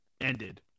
ended